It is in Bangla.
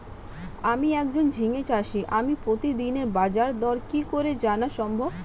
আমি একজন ঝিঙে চাষী আমি প্রতিদিনের বাজারদর কি করে জানা সম্ভব?